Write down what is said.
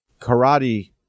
Karate